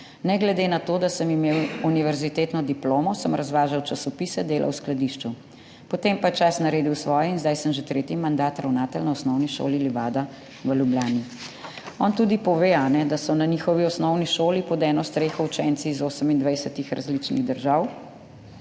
Ne glede na to, da sem imel univerzitetno diplomo, sem razvažal časopise, delal v skladišču. Potem pa je čas naredil svoje in zdaj sem že tretji mandat ravnatelj na Osnovni šoli Livada v Ljubljani.« On tudi pove, da so na njihovi osnovni šoli pod eno streho učenci iz 28 različnih držav,